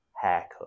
haircut